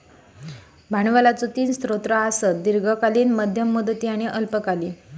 भांडवलाचो तीन स्रोत आसत, दीर्घकालीन, मध्यम मुदती आणि अल्पकालीन